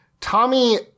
Tommy